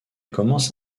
commença